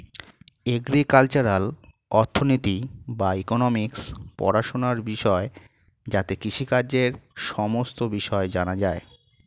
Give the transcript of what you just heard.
agricultural অর্থনীতি বা economics পড়াশোনার বিষয় যাতে কৃষিকাজের সমস্ত বিষয় জানা যায়